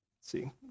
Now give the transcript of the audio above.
See